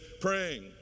praying